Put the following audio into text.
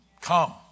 Come